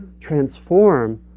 transform